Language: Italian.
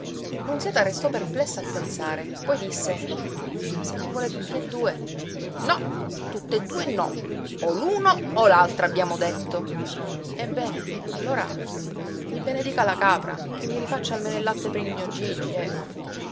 marchino nunziata restò perplessa a pensare poi disse se non vuole tutti e due no tutt'e due no o l'uno o l'altra abbiamo detto ebbene allora mi benedica la capra che mi rifaccia almeno il latte per il mio gigi ecco